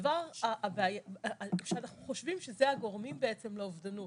הדבר שאנחנו חושבים שזה הגורמים בעצם לאובדנות,